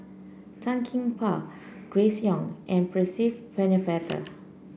Tan Gee Paw Grace Young and Percy Pennefather